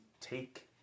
take